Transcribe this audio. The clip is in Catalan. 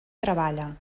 treballa